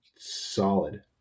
solid